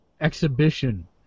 Exhibition